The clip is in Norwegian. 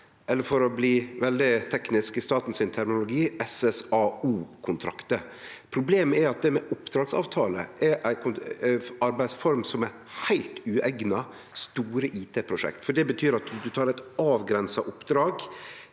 eller for å bli veldig teknisk, i staten sin terminologi: SSA-O-kontraktar. Problemet er at oppdragsavtaler er ei arbeidsform som er heilt ueigna for store IT-prosjekt. Det betyr at ein tek eit avgrensa oppdrag,